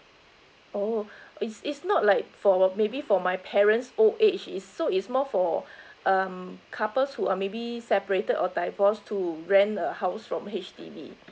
oh it's it's not like for maybe for my parents old age is so is more for um couples who are maybe separated or divorced to rent a house from H_D_B